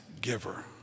giver